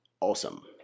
awesome